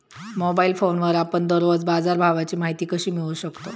Mobile फोनवर आपण दररोज बाजारभावाची माहिती कशी मिळवू शकतो?